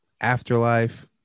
afterlife